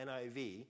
NIV